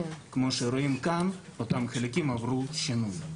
כמו שרואים כאן, אותם חלקים עברו שינוי.